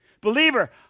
Believer